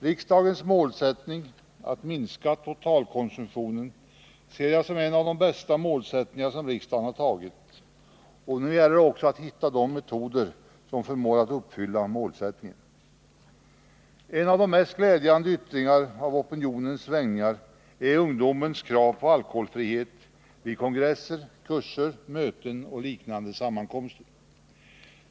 Riksdagens målsättning att minska totalkonsumtionen ser jagsom en av de bästa som riksdagen antagit, och nu gäller det också att hitta de metoder som förmår att uppfylla målsättningen. En av de mest glädjande yttringarna av opinionens svängningar är ungdomens krav på alkoholfrihet vid kongresser, kurser, möten och liknande sammankomster.